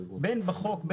אם בחוק,